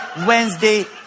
Wednesday